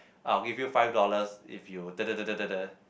I will give you five dollars if you da da da da da